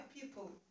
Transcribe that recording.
people